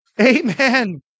Amen